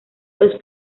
los